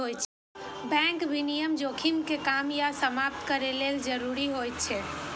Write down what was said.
bank विनियमन जोखिम कें कम या समाप्त करै लेल जरूरी होइ छै